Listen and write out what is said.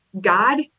God